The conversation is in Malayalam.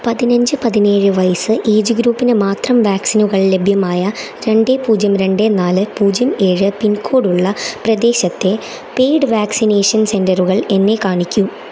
പതിനഞ്ച് പതിനേഴ് വയസ്സ് ഏജ് ഗ്രൂപ്പിന് മാത്രം വാക്സിനുകൾ ലഭ്യമായ രണ്ട് പൂജ്യം രണ്ട് നാല് പൂജ്യം ഏഴ് പിൻകോഡ് ഉള്ള പ്രദേശത്തെ പെയ്ഡ് വാക്സിനേഷൻ സെൻ്ററുകൾ എന്നെ കാണിക്കൂ